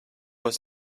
was